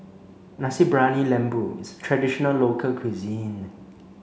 Nasi Briyani Lembu is a traditional local cuisine